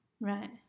Right